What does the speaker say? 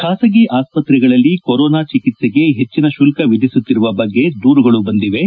ಖಾಸಗಿ ಆಸ್ಪತ್ರೆಗಳಲ್ಲಿ ಕೊರೊನಾ ಚಿಕಿತ್ಸೆಗೆ ಹೆಚ್ಚಿನ ಶುಲ್ಕ ವಿಧಿಸುತ್ತಿರುವ ಬಗ್ಗೆ ದೂರುಗಳು ಬಂದಿವೆ